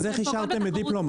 אז איך אישרתם את דיפלומט?